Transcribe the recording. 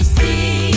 see